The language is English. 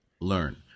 learn